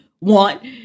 want